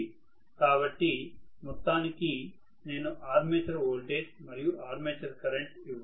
కాబట్టి మొత్తానికి నేను ఆర్మేచర్ వోల్టేజ్ మరియు ఆర్మేచర్ కరెంట్ ఇవ్వాలి